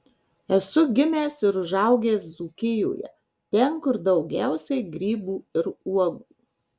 esu gimęs ir užaugęs dzūkijoje ten kur daugiausiai grybų ir uogų